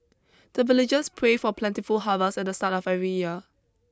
the villagers pray for plentiful harvest at the start of every year